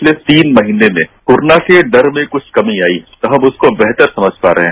पिछले तीन महीने में कोरोना से डर में कुछ कमी आई और हम उसको कुछ बेहतर समझ पा रहे हैं